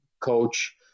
coach